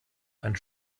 einen